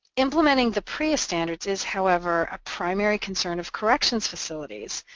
implementing the prea standards is, however, a primary concern of corrections facilities,